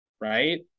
right